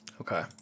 Okay